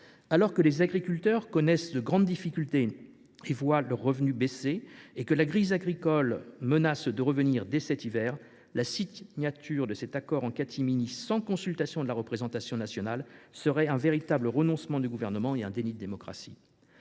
Alors que les agriculteurs connaissent de grandes difficultés et voient leurs revenus baisser, alors que la crise agricole menace de revenir dès cet hiver, la signature de cet accord en catimini, sans consultation de la représentation nationale, serait un véritable renoncement du Gouvernement et un déni de démocratie.